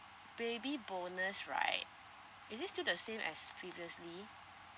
baby bonus right is it still the same as previously